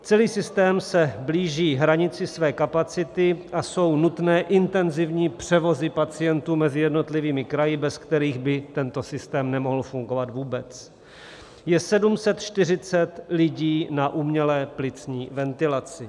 Celý systém se blíží hranici své kapacity a jsou nutné intenzivní převozy pacientů mezi jednotlivými kraji, bez kterých by tento systém nemohl fungovat vůbec, je 740 lidí na umělé plicní ventilaci.